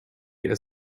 quite